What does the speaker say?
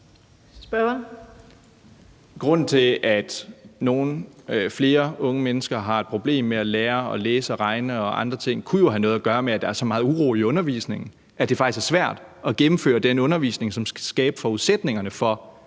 Grunden til, at flere unge mennesker har et problem med at lære at læse, regne og andre ting, kunne jo have noget at gøre med, at der er så meget uro i undervisningen, at det faktisk er svært at gennemføre den undervisning, som skal skabe forudsætningerne for,